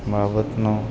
બાબતનો